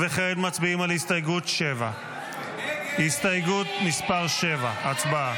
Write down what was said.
מצביעים על הסתייגות מס' 7. הצבעה.